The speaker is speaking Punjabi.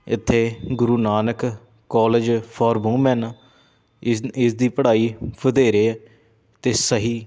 ਇੱਥੇ Guru Nanak college for women ਇਸ ਇਸ ਦੀ ਪੜ੍ਹਾਈ ਵਧੇਰੇ ਹੈ ਅਤੇ ਸਹੀ